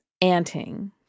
Anting